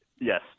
Yes